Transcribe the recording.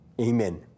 amen